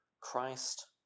Christ